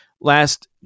Last